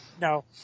No